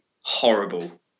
horrible